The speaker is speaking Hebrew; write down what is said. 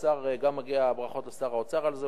גם מגיע לשר האוצר על זה,